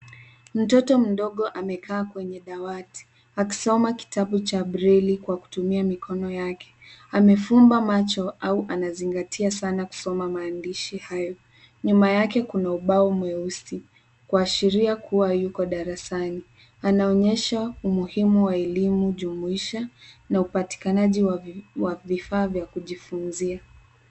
Mtoto mdogo amekaa kwenye dawati akisoma kitabu cha braille kwa kutumia mikono yake. Amefumba macho au anazingatia sana kusoma maandishi hayo. Nyuma yake kuna ubao mweusi kuashiria kuwa yuko darasani. Anaonyesha umuhimu wa elimu jumuisha na upatikanaji wa vifaa vya kujifunzia.